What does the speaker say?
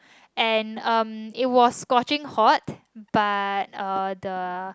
and um it was scorching hot but uh the